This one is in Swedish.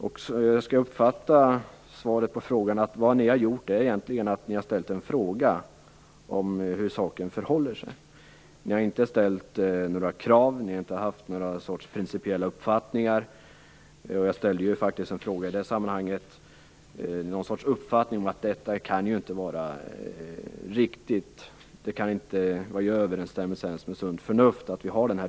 Skall jag uppfatta svaret på frågan så att ni har ställt en fråga om hur saken förhåller sig, att ni inte har ställt några krav eller framfört några principiella uppfattningar om att den här typen av transporter inte kan vara i överensstämmelse med sunt förnuft?